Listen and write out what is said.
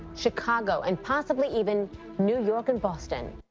chicago, and possibly even new york and boston.